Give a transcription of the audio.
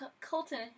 Colton